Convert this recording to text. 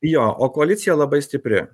jo o koalicija labai stipri